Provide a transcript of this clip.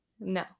no